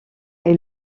est